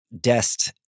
Dest